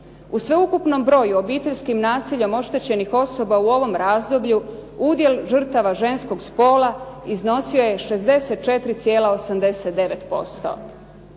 U sveukupnom broju obiteljskim nasiljem oštećenih osoba u ovom razdoblju udjel žrtava ženskog spola iznosio je 64,89%.